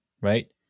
right